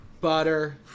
butter